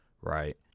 right